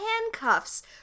handcuffs